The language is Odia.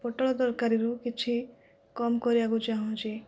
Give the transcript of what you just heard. ପୋଟଳ ତରକାରୀରୁ କିଛି କମ କରିବାକୁ ଚାହୁଁଛି